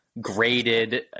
graded